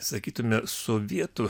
sakytume sovietų